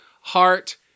heart